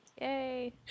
Yay